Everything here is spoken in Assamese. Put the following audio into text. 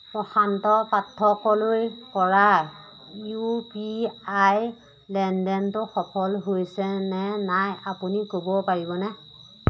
প্ৰশান্ত পাঠকলৈ কৰা ইউ পি আই লেনদেনটো সফল হৈছে নে নাই আপুনি ক'ব পাৰিবনে